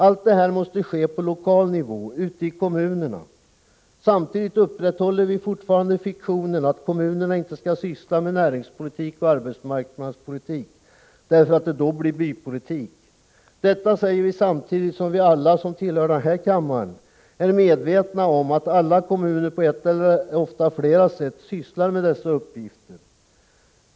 Allt detta måste ske på lokal nivå, ute i kommunerna. Samtidigt upprätthåller vi fortfarande fiktionen att kommunerna inte skall syssla med näringspolitik och arbetsmarknadspolitik, därför att det då blir ”bypolitik”. Detta säger vi samtidigt som vi alla, som tillhör denna kammare, är medvetna om att alla kommuner på ett eller ofta flera sätt sysslar med dessa uppgifter.